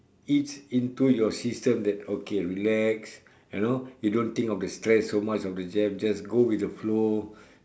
eats into your system that okay relax you know you don't think of the stress so much of the jam just go with the flow